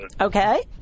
Okay